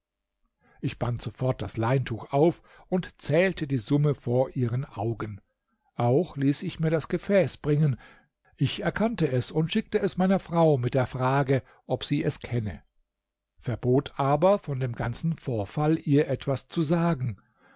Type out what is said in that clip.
ich band sofort das leintuch auf und zählte die summe vor ihren augen auch ließ ich mir das gefäß bringen ich erkannte es und schickte es meiner frau mit der frage ob sie es kenne verbot aber von dem ganzen vorfall ihr etwas zu sagen